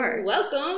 welcome